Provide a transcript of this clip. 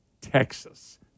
Texas